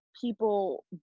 people